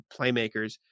playmakers